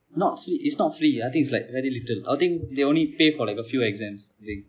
not free it's not free I think is like very little I think they only pay for like a few exams think